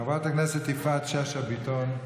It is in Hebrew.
חברת הכנסת יפעת שאשא ביטון,